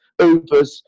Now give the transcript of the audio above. Ubers